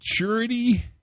maturity